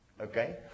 Okay